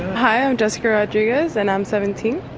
hi i'm jessica rodrigues and i'm seventeen.